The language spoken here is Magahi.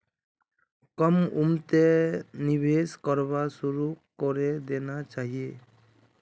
कम उम्रतें निवेश करवा शुरू करे देना चहिए